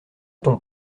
ton